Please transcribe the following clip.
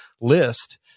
list